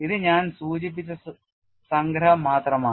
ഇത് ഞാൻ സൂചിപ്പിച്ച സംഗ്രഹം മാത്രമാണ്